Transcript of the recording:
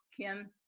Kim